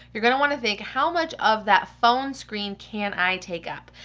you going to want to think how much of that phone screen can i take up?